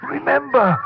Remember